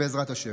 בעזרת השם.